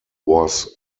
was